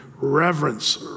Reverence